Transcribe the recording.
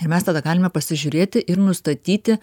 ir mes tada galime pasižiūrėti ir nustatyti